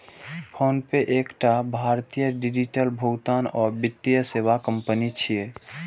PhonePe एकटा भारतीय digital भुगतान आ वित्तीय सेवा कंपनी छियै